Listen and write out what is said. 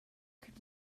could